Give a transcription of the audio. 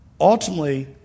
Ultimately